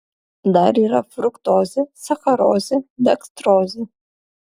dar yra fruktozė sacharozė dekstrozė